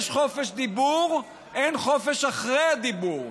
יש חופש דיבור, אין חופש אחרי הדיבור.